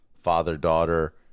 father-daughter